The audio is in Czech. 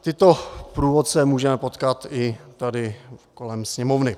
Tyto průvodce můžeme potkat i tady kolem Sněmovny.